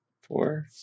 Four